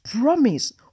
promise